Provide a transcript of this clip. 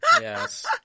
Yes